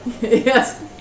Yes